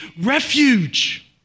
refuge